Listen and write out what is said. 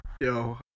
Yo